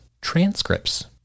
transcripts